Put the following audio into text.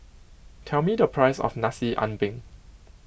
tell me the price of Nasi Ambeng